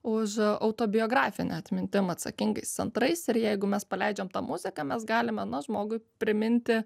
už autobiografinę atmintim atsakingais centrais ir jeigu mes paleidžiam tą muziką mes galime na žmogui priminti